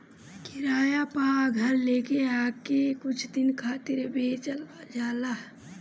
किराया पअ घर लेके ओके कुछ दिन खातिर बेचल जाला